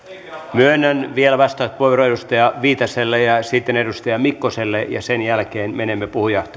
myönnän vielä vastauspuheenvuoron edustaja viitaselle ja sitten edustaja mikkoselle ja sen jälkeen menemme